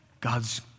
God's